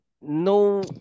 no